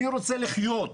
אני רוצה לחיות.